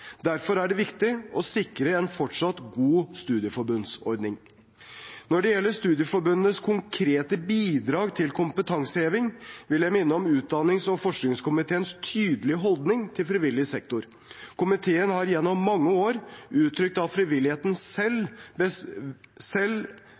Derfor er det viktig å sikre en fortsatt god studieforbundsordning. Når det gjelder studieforbundenes konkrete bidrag til kompetanseheving, vil jeg minne om utdannings- og forskningskomiteens tydelige holdning til frivillig sektor. Komiteen har gjennom mange år uttrykt at frivilligheten selv